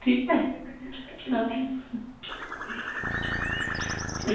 ठीक ऐ आं